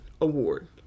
award